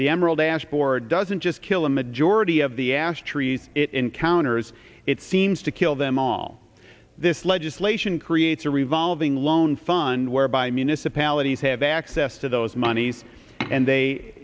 the emerald ash board doesn't just kill a majority of the ash trees it encounters it seems to kill them all this legislation creates a revolving loan fund whereby municipalities have access to those monies and they